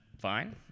fine